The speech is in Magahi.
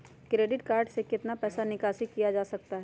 क्रेडिट कार्ड से कितना पैसा निकासी किया जा सकता है?